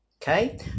okay